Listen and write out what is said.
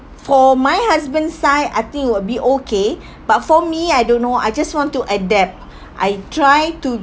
for my husband side I think would be okay but for me I don't know I just want to adapt I try to